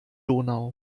donau